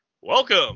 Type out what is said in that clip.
Welcome